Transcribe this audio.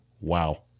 Wow